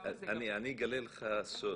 אני אגלה לך סוג.